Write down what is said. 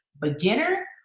beginner